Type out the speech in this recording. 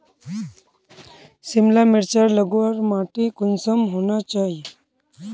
सिमला मिर्चान लगवार माटी कुंसम होना चही?